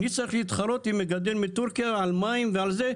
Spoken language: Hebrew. אני צריך להתחרות עם מגדל מטורקיה על מים ועל זה?